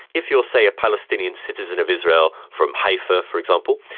if you are, say, a palestinian citizen of israel from haifa, for example,